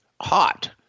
hot